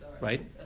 right